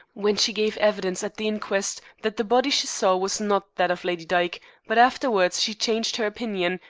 when she gave evidence at the inquest, that the body she saw was not that of lady dyke but afterwards she changed her opinion,